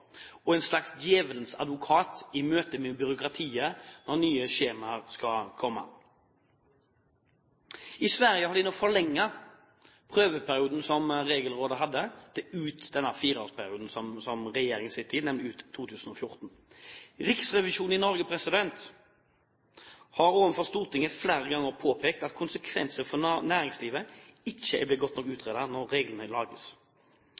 og en slags djevelens advokat i møte med byråkratiet når nye skjemaer skal komme. I Sverige har de nå forlenget prøveperioden som regelrådet hadde, til ut denne fireårsperioden som regjeringen sitter i, nemlig ut 2014. Riksrevisjonen i Norge har overfor Stortinget flere ganger påpekt at konsekvenser for næringslivet ikke er blitt godt nok